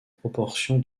proportion